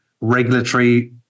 regulatory